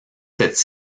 cette